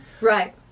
Right